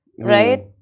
Right